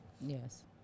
Yes